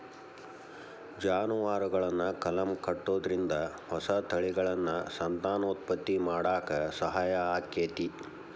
ಜಾನುವಾರುಗಳನ್ನ ಕಲಂ ಕಟ್ಟುದ್ರಿಂದ ಹೊಸ ತಳಿಗಳನ್ನ ಸಂತಾನೋತ್ಪತ್ತಿ ಮಾಡಾಕ ಸಹಾಯ ಆಕ್ಕೆತಿ